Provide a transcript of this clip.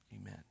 Amen